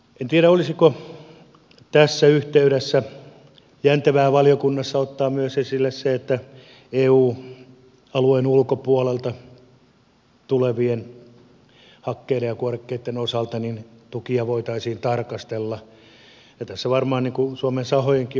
en tiedä olisiko tässä yhteydessä jäntevää valiokunnassa ottaa myös esille se että eu alueen ulkopuolelta tulevien hakkeiden ja kuorikkeitten osalta tukia voitaisiin tarkastella